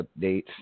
updates